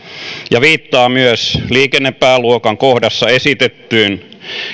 ja viittaa myös liikennepääluokan kohdassa esitettyyn